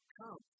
come